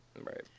Right